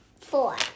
four